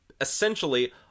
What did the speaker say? essentially